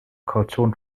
kaution